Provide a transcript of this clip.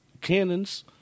Cannons